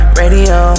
radio